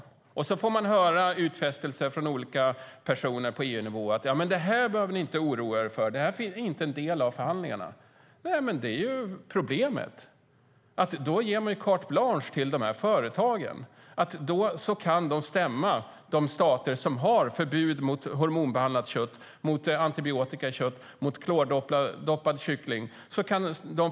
Sedan får man utfästelser från olika personer på EU-nivå om att vi inte behöver oroa oss för det, för det är inte en del av förhandlingarna. Nej, men det är ju problemet - att man ger carte blanche till företagen. Då kan de stämma de stater som har förbud mot hormonbehandlat kött, mot antibiotika i kött och mot klordoppad kyckling.